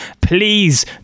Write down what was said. please